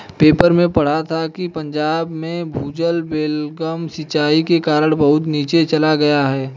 paper में पढ़ा था कि पंजाब में भूजल बेलगाम सिंचाई के कारण बहुत नीचे चल गया है